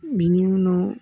बिनि उनाव